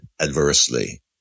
adversely